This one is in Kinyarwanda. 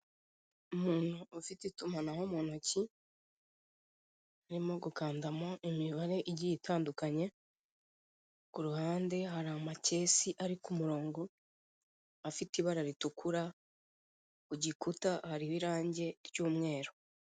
Umuntu ufite itumanaho mu ntoki, arimo gukandamo imibare igiye itandukanye, kuruhande hari amakesi ari ku murongo afite ibara ritukura, ku gikuta hariho irange ry'umweru.